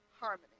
harmony